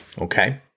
okay